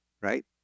right